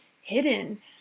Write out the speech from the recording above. hidden